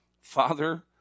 Father